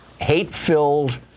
hate-filled